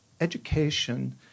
education